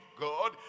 God